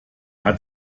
hat